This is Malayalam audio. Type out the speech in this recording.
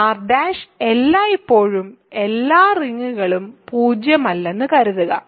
R' എല്ലായ്പ്പോഴും എല്ലാ റിങ്ങുകളും പൂജ്യമല്ലെന്ന് കരുതുക